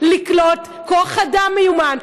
לקלוט כוח אדם מיומן,